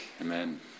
Amen